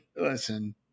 listen